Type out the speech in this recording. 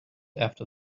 after